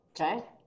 okay